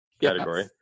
category